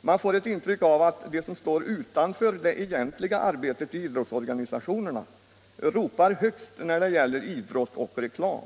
Man får ett intryck av att de som står utanför det egentliga arbetet i idrottsorganisationerna ropar högt när det gäller idrott och reklam.